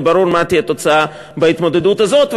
וברור מה תהיה התוצאה בהתמודדות הזאת.